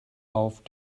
auf